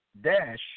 dash